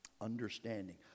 understanding